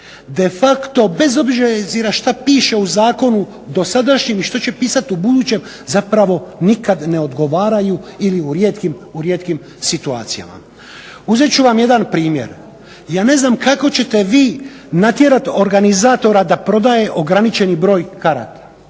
de facto bez obzira šta piše u zakonu dosadašnjem i što će pisati u budućem zapravo nikad ne odgovaraju ili u rijetkim, u rijetkim situacijama. Uzet ću vam jedan primjer. Ja ne znam kako ćete vi natjerati organizatora da prodaje ograničeni broj karata